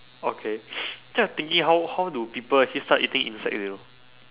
okay ya thinking how how do people actually start eating insects you know